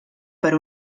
per